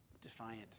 defiant